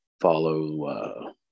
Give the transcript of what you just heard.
follow